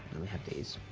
and we have these,